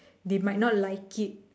they might not like it